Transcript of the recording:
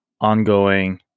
ongoing